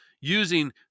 using